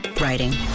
writing